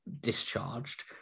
discharged